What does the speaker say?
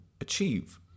achieve